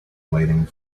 waiting